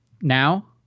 Now